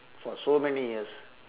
for so many years